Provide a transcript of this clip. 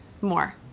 More